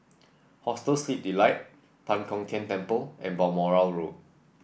Hostel Sleep Delight Tan Kong Tian Temple and Balmoral Road